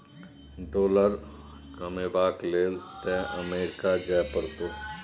dollar comeback लेल तए America जाय परतौ